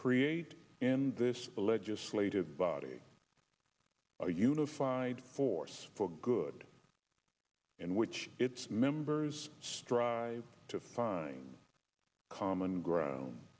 create in this legislative body a unified force for good in which its members strive to find common ground